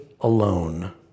alone